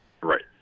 Right